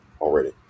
already